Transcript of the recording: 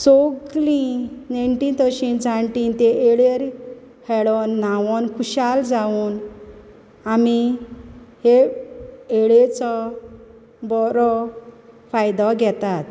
सोगलीं नेणटी तशी जाणटी ते येळेर खेळोन न्हांवोन खुशाल जावून आमी हे येळेचो बरो फायदो घेतात